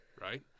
right